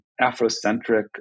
Afrocentric